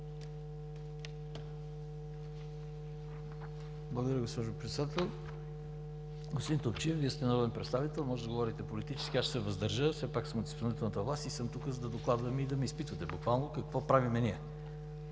Благодаря, госпожо Председател. Господин Топчиев, Вие сте народен представител, може да говорите политически, аз ще се въздържа. Все пак съм от изпълнителната власт и съм тук, за да докладвам и да ме изпитвате буквално какво правим ние.